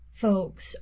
Folks